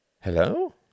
Hello